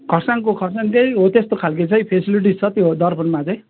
खरसाङको खरसाङकै हो त्यस्तो खालको चाहिँ फेसिलिटी छ त्यो दर्पणमा चाहिँ